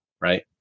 right